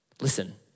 Listen